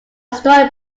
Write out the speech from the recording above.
story